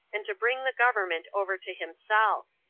and to bring the government over to himself.